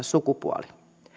sukupuoli